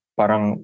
parang